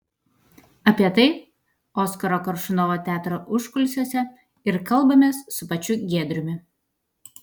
apie tai oskaro koršunovo teatro užkulisiuose ir kalbamės su pačiu giedriumi